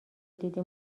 دیدی